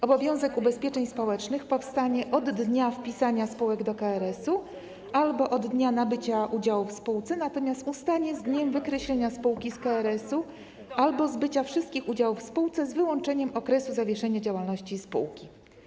Obowiązek ubezpieczeń społecznych powstanie od dnia wpisania spółek do KRS-u albo od dnia nabycia udziału w spółce, natomiast ustanie z dniem wykreślenia spółki z KRS-u albo zbycia wszystkich udziałów w spółce z wyłączeniem okresu zawieszenia działalności spółki.